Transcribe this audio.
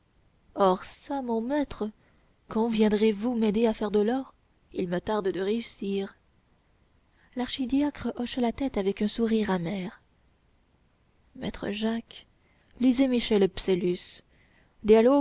çà mon maître quand viendrez-vous m'aider à faire de l'or il me tarde de réussir l'archidiacre hocha la tête avec un sourire amer maître jacques lisez michel